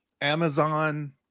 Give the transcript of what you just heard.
amazon